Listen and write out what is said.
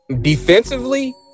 defensively